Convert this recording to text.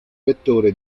vettore